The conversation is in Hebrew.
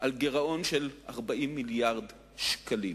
על גירעון של 40 מיליארד שקלים.